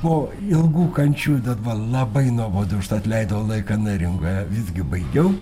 po ilgų kančių ten buvo labai nuobodu užtat leidau laiką neringoje visgi baigiau